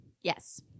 Yes